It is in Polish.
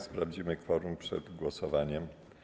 Sprawdzimy kworum przed głosowaniem.